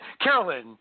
Carolyn